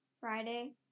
Friday